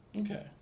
okay